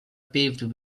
paved